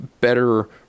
better